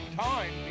time